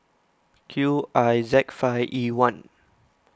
Q I Z five E one